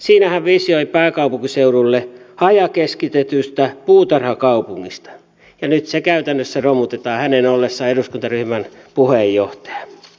siinä hän visioi pääkaupunkiseudulle hajakeskitettyä puutarhakaupunkia ja nyt se käytännössä romutetaan hänen ollessaan eduskuntaryhmän puheenjohtaja